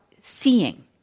seeing